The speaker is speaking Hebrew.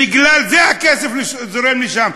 בגלל זה הכסף זורם לשם.